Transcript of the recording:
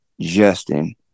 Justin